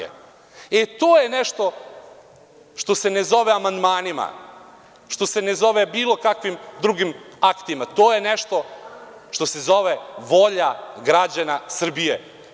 E, to je nešto što se ne zove amandmanima, što se ne zove bilo kakvim drugim aktima, to je nešto što se zove volja građana Srbije.